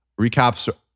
recaps